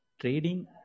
trading